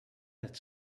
that